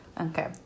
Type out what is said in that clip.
Okay